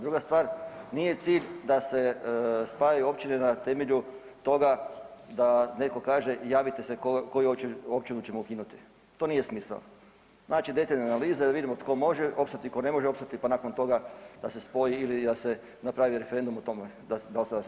Druga stvar, nije cilj da se spajaju općine na temelju toga da neko kaže javite se koju općinu ćemo ukinuti, to nije smisao, znači detaljne analize da vidimo tko može opstati, tko ne može opstati pa nakon toga da se spoji ili da se napravi referendum o tom da li da se spaja ili ne.